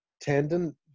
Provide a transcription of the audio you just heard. tendon